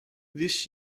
this